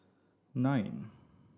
nine